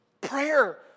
Prayer